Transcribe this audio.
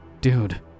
Dude